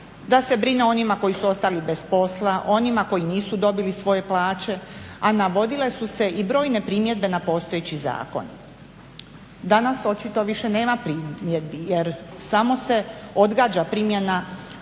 da se brine o onima koji su ostali bez posla, onima koji nisu dobili svoje plaće, a navodile su se i brojne primjedbe na postojeći zakon. Danas očito više nema primjedbi, jer samo se odgađa primjena